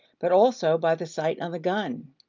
but also by the sight on the gun.